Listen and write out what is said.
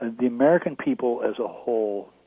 the american people as a whole